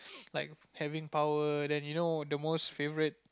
like having power then you know the most favourite